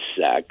sex